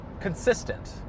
consistent